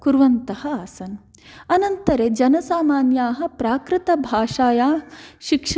कुर्वन्तः आसन् अनन्तरे जनसामान्याः प्राकृतभाषायाः शिक्ष्